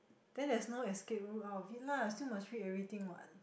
then there's no escape route out of it lah still must read everything what